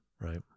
right